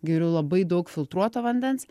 geriu labai daug filtruoto vandens